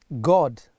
God